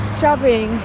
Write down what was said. shopping